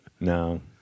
No